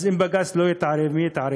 אז אם בג"ץ לא יתערב, מי יתערב?